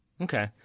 Okay